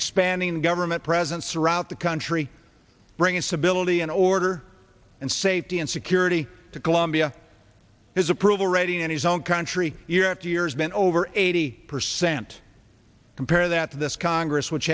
expanding government presence around the country bringing stability and order and safety and security to colombia his approval rating and his own country year after years meant over eighty percent compare that to this congress which